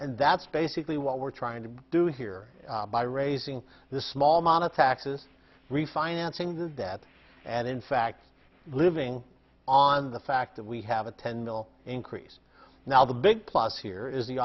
and that's basically what we're trying to do here by raising the small amount of taxes refinancing this debt and in fact living on the fact that we have a ten mil increase now the big plus here is the